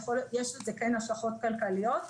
יש לזה כן הוספות כלכליות,